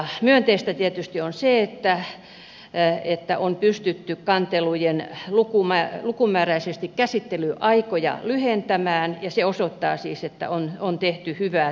myönteistä tietysti on se että on pystytty lukumääräisesti kantelujen käsittelyaikoja lyhentämään ja se osoittaa siis että on tehty hyvää työtä